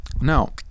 Now